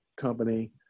company